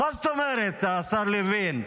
מה זאת אומרת, השר לוין?